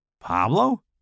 Pablo